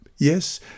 Yes